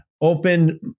Open